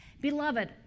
Beloved